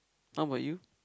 how about you